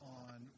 on